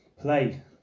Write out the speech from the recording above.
play